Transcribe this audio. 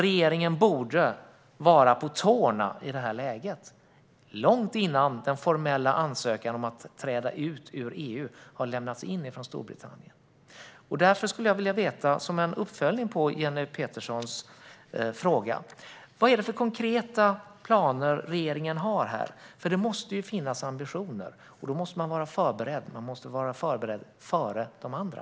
Regeringen borde vara på tårna i det här läget, långt innan Storbritannien har lämnat in sin formella ansökan om utträde ur EU. Som en uppföljning på Jenny Peterssons fråga vill jag därför gärna veta vilka konkreta planer regeringen har. Det måste finnas ambitioner. Då måste man vara förberedd. Och man måste vara förberedd före de andra.